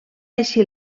així